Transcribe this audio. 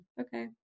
Okay